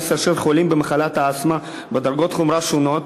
אשר חולים במחלת האסתמה בדרגות חומרה שונות.